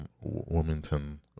Wilmington